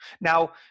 Now